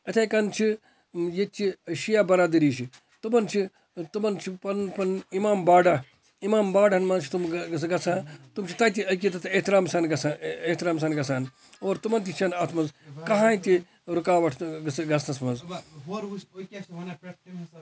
یِتھے کَن چھِ ییٚتہِ چھِ شِیا بَرادٕری چھِ تِمَن چھِ تِمَن چھِ پَنُن پَنُن اِمام باڑا اِمام باڑَن مَنٛز چھِ تِم گَژھان تِم چھِ تَتہِ عقیدَت تہٕ احترام سان گَژھان احترام سان گَژھان اور تِمَن تہِ چھِنہٕ اَتھ مَنٛز کٕہٕیٖنۍ تہِ رُکاوَٹ گٔژ گَژھَنَس مَنٛز